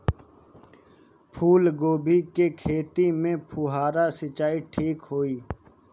फूल गोभी के खेती में फुहारा सिंचाई ठीक होई?